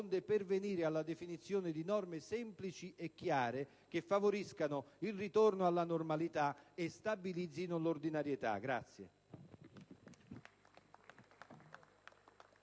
pervenire alla definizione di norme semplici e chiare che favoriscano il ritorno alla normalità e stabilizzino l'ordinarietà.